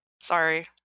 Sorry